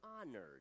honored